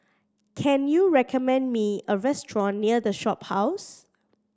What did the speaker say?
can you recommend me a restaurant near The Shophouse